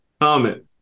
comment